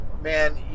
Man